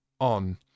on